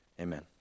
Amen